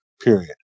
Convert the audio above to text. period